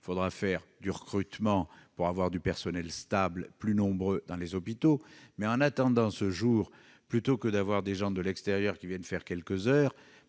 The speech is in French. il faudra recruter pour avoir un personnel stable et plus nombreux dans les hôpitaux. En attendant, plutôt que d'avoir des personnels de l'extérieur qui viennent faire quelques heures,